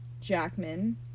Jackman